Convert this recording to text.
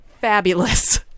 fabulous